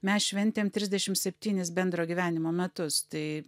mes šventėm trisdešim septynis bendro gyvenimo metus tai